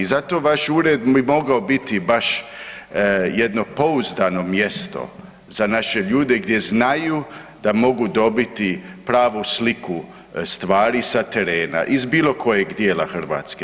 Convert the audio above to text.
Zato vaš ured bi mogao biti baš jedno pouzdano mjesto za naše ljude gdje znaju da mogu dobiti pravu sliku stvari sa terena iz bilo kojeg dijela Hrvatske.